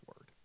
Word